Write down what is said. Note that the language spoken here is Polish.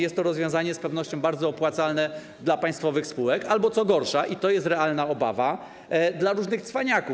Jest to rozwiązanie z pewnością bardzo opłacalne dla państwowych spółek albo co gorsza, i to jest realna obawa, dla różnych cwaniaków.